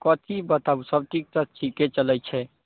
कथी बताबू सभचीज तऽ ठीके चलै छै